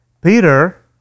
Peter